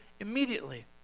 immediately